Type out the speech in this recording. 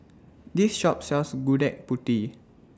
This Shop sells Gudeg Putih